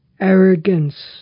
arrogance